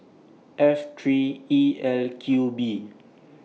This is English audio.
F three E L Q B